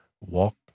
walk